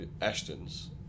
Ashton's